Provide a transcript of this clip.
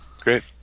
Great